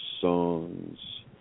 songs